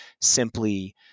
simply